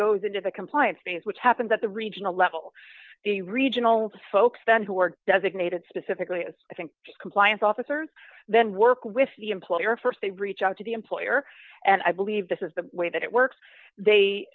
goes into the compliance phase which happens at the regional level the regional folks then who are designated specifically as i think compliance officers then work with the employer st they reach out to the employer and i believe this is the way that it works they